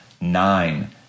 nine